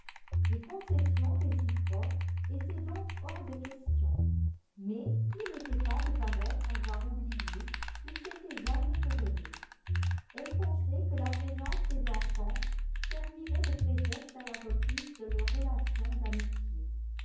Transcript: les concessions réciproques étaient donc hors de question mais il était temps de paraître avoir oublié qu'ils s'étaient jamais querellés elle comptait que la présence des enfants servirait de prétexte à la reprise de leurs relations d'amitié